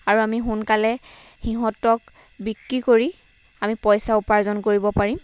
আৰু আমি সোনকালে সিহঁতক বিক্ৰী কৰি আমি পইচা উপাৰ্জন কৰিব পাৰিম